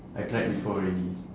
I tried before already